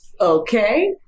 Okay